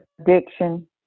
addiction